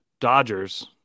Dodgers